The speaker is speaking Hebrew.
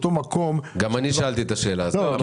גם אני שאלתי את השאלה הזאת.